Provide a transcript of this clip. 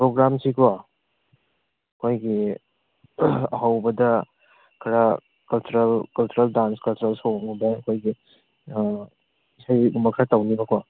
ꯄ꯭ꯔꯣꯒ꯭ꯔꯥꯝꯁꯤꯀꯣ ꯑꯩꯈꯣꯏꯒꯤ ꯑꯍꯧꯕꯗ ꯈꯔ ꯀꯜꯆꯔꯦꯜ ꯗꯥꯟꯁ ꯀꯜꯆꯔꯦꯜ ꯁꯣꯡꯒꯨꯝꯕ ꯑꯩꯈꯣꯏꯒꯤ ꯏꯁꯩꯒꯨꯝꯕ ꯈꯔ ꯇꯧꯅꯤꯕꯀꯣ